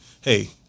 hey